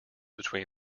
between